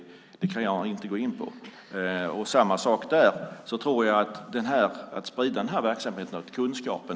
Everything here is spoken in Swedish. Det kan jag inte gå in på. Det är samma sak där; jag tror att det är viktigt att sprida den här verksamheten och kunskapen.